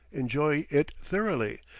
enjoy it thoroughly,